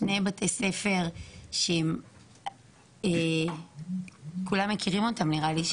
שני בתי ספר שהם כולם מכירים אותם נראה לי,